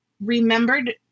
remembered